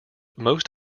most